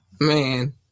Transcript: man